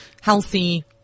healthy